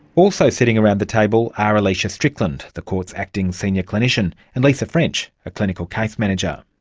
also sitting around the table are alicia strickland, the court's acting senior clinician, and lisa french, a clinical case manager.